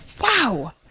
Wow